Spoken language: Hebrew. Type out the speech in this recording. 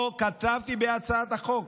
כתבתי בהצעת החוק,